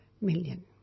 million